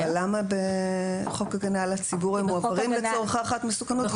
אבל למה בחוק הגנה על הציבור הם מועברים לצורך הערכת מסוכנות,